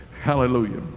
Hallelujah